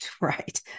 right